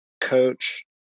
coach